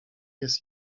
jest